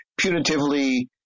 punitively